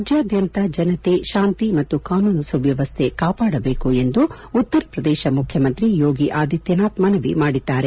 ರಾಜ್ಞಾದ್ಯಂತ ಜನತೆ ಶಾಂತಿ ಮತ್ತು ಕಾನೂನು ಸುವ್ಲವಸ್ಥೆ ಕಾಪಾಡಬೇಕು ಎಂದು ಉತ್ತರ ಪ್ರದೇಶ ಮುಖ್ಯಮಂತ್ರಿ ಯೋಗಿ ಆದಿತ್ಯನಾಥ್ ಮನವಿ ಮಾಡಿದ್ದಾರೆ